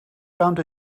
found